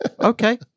Okay